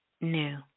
new